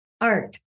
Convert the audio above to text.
Art